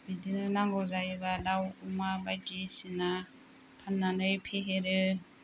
बिदिनो नांगौ जायोबा दाव अमा बायदिसिना फान्नानै फेहेरो